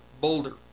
Boulder